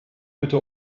bitte